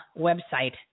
website